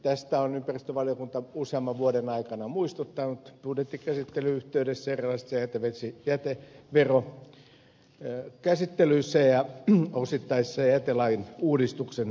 tästä on ympäristövaliokunta useamman vuoden aikana muistuttanut budjettikäsittelyn yhteydessä erilaisten jäteverojen käsittelyissä ja jätelain osittaisen uudistuksen yhteydessä